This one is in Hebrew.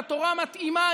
והתורה מתאימה,